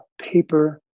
paper